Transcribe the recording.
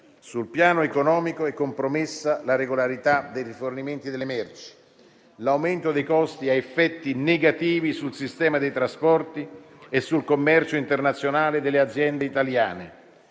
Sul piano economico è compromessa la regolarità dei rifornimenti delle merci. L'aumento dei costi ha effetti negativi sul sistema dei trasporti e sul commercio internazionale delle aziende italiane.